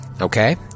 Okay